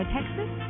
Texas